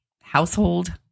household